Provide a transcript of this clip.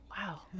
wow